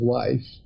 life